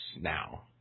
now